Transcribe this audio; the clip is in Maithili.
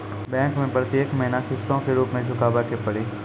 बैंक मैं प्रेतियेक महीना किस्तो के रूप मे चुकाबै के पड़ी?